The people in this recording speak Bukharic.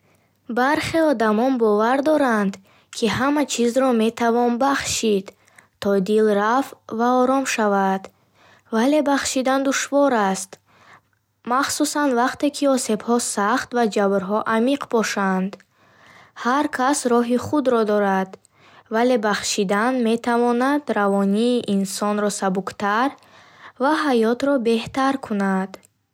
Бархе одамон бовар доранд, ки ҳама чизро метавон бахшид, то дил рафъ ва ором шавад. Вале бахшидан душвор аст, махсусан вақте ки осебҳо сахт ва ҷабрҳо амиқ бошанд. Ҳар кас роҳи худро дорад, вале бахшидан метавонад равонии инсонро сабуктар ва ҳаётро беҳтар кунад.